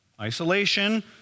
Isolation